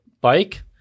bike